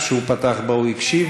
זה מעיד על חולשת הטיעון.